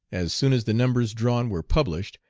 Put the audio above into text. as soon as the numbers drawn were published,